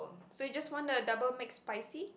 so you just want a double McSpicy